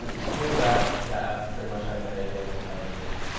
um exclude that. yeah. i pretty much have my a. game entire week.